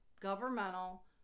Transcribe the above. governmental